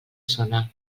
zona